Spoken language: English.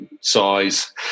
size